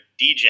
DJ